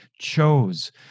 chose